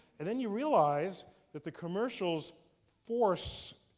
and then you realize that the commercials force